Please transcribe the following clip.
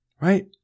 right